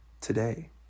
today